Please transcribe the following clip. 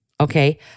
Okay